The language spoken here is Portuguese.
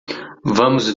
vamos